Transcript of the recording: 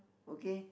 okay